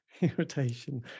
irritation